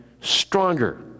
stronger